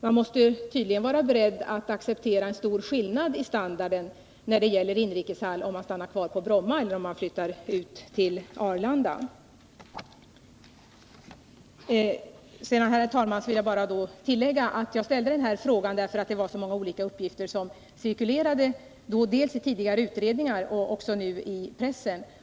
Man måste tydligen vara beredd att acceptera en stor skillnad i standard när det gäller inrikeshall, om man stannar kvar på Bromma i stället för att flytta ut till Arlanda. Sedan vill jag, herr talman, bara tillägga att jag ställde den här frågan, därför att det var så många uppgifter som cirkulerade både i tidigare utredningar och nu i pressen.